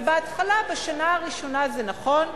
ובהתחלה, בשנה הראשונה, זה נכון,